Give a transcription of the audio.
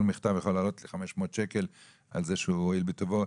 כל מכתב יכול לעלות 500 שקל על זה שהוא הואיל בטובו.